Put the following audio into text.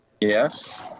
Yes